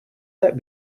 that